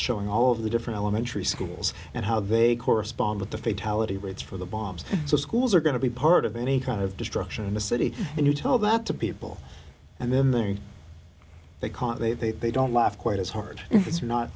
showing all of the different elementary schools and how they correspond with the fatality rates for the bombs so schools are going to be part of any kind of destruction in the city and you tell that to people and then there they caught they they don't laugh quite as hard if it's not